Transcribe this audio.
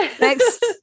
next